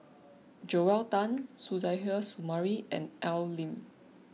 Joel Tan Suzairhe Sumari and Al Lim